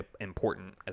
important